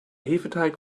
hefeteig